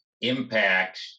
impact